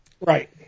Right